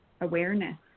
awareness